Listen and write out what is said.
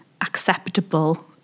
acceptable